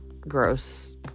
gross